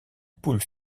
poule